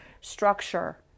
structure